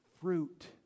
fruit